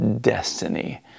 destiny